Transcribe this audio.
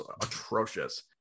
atrocious